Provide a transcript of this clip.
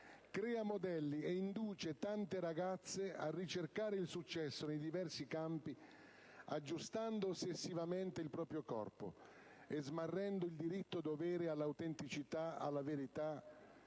crea modelli ed induce tante ragazze a ricercare il successo nei diversi campi, aggiustando ossessivamente il proprio corpo e smarrendo il diritto-dovere alla autenticità, alla verità,